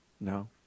No